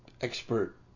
Expert